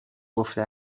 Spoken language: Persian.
گفته